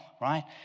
right